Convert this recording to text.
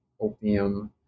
opium